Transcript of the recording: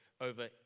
over